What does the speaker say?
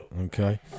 Okay